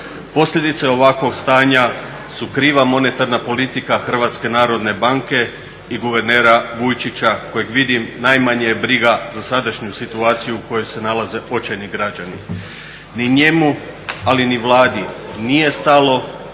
posljedice ovakvog stanja su kriva monetarna politika HNB-a i guvernera Vujčića kojeg vidim najmanje je briga za sadašnju situaciju u kojoj se nalaze očajni građani. Ni njemu ali ni Vladi nije stalo